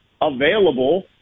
available